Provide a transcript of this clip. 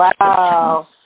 Wow